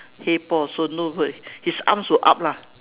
hey paul so no word his arms were up lah